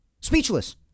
speechless